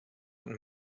und